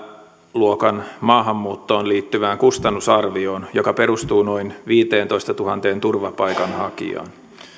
pääluokan maahanmuuttoon liittyvään kustannusarvioon joka perustuu noin viiteentoistatuhanteen turvapaikanhakijaan